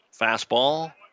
fastball